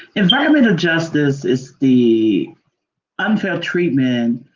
environmental justice is the unfair treatment